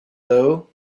though